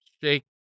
shake